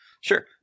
Sure